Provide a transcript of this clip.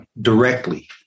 directly